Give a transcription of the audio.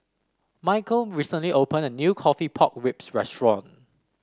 Michial recently opened a new coffee Pork Ribs restaurant